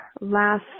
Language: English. last